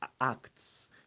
acts